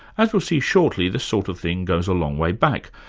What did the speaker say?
as we'll see shortly, this sort of thing goes a long way back,